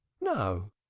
no,